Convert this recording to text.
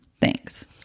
Thanks